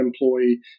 employee